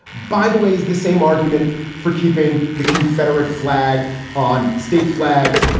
by the way, is the same argument for keeping the confederate flag on state flags,